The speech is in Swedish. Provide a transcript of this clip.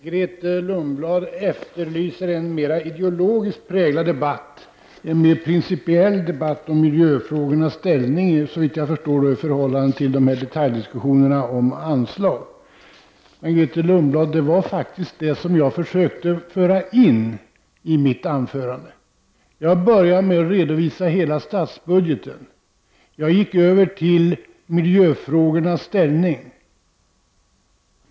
Fru talman! Grethe Lundblad efterlyser en mera ideologiskt präglad debatt, en mera principiell debatt om miljöfrågornas ställning, såvitt jag förstår, i förhållande till en detaljdiskussion om anslag. Men, Grethe Lundblad, det försökte jag faktiskt föra in i mitt anförande. Jag började med att redovisa hela statsbudgeten. Jag gick över till miljöfrågornas ställning.